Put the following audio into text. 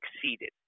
succeeded